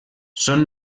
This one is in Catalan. són